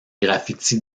graffitis